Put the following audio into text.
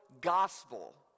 gospel